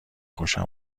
خوشم